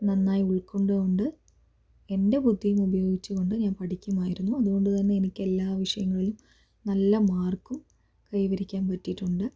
നന്നായി ഉൾകൊണ്ട് കൊണ്ട് എൻ്റെ ബുദ്ധി ഉപയോഗിച്ച് കൊണ്ട് ഞാൻ പഠിക്കുമായിരുന്നു അത് കൊണ്ട് തന്നെ എനിക്ക് എല്ലാ വിഷയങ്ങളിലും നല്ല മാർക്കും കൈവരിക്കാൻ പറ്റിയിട്ടുണ്ട്